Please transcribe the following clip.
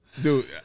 Dude